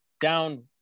down